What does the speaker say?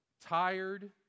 tired